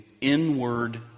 inward